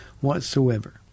whatsoever